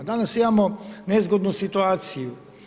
Danas imamo nezgodnu situaciju.